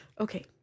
Okay